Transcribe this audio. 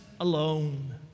alone